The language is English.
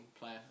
player